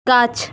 গাছ